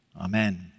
Amen